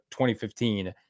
2015